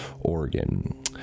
Oregon